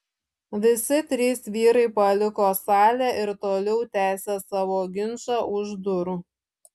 visi trys vyrai paliko salę ir toliau tęsė savo ginčą už durų